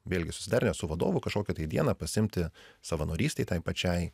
vėlgi susiderinęs su vadovu kažkokią tai dieną pasiimti savanorystei tai pačiai